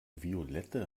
violette